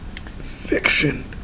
Fiction